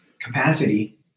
capacity